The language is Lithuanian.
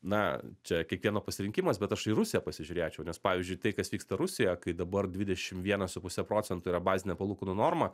na čia kiekvieno pasirinkimas bet aš į rusiją pasižiūrėčiau nes pavyzdžiui tai kas vyksta rusijoje kai dabar dvidešim vienas su puse procentų yra bazinė palūkanų norma